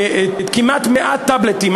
כמעט 100 טאבלטים,